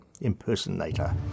impersonator